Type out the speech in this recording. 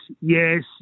yes